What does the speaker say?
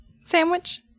sandwich